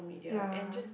ya